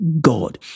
God